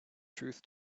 truth